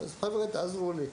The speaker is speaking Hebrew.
אז חבר'ה, תעזרו לי.